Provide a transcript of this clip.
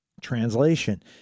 translation